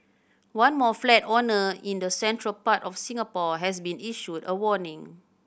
one more flat owner in the central part of Singapore has been issued a warning